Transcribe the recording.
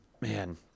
man